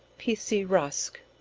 p c. rusk.